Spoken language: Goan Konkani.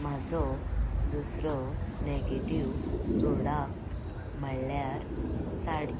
म्हाजो दुसरो न्हेगेटीव प्रोडक्ट म्हळ्यार साडी